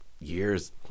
years